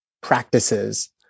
practices